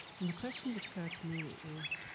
and the question that occurred to me, is,